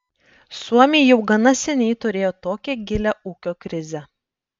suomiai jau gana seniai turėjo tokią gilią ūkio krizę